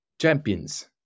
champions